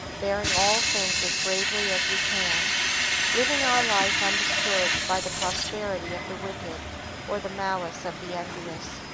bearing all things as bravely as we can living our life undisturbed by the prosperity of the wicked or the malice of the envious.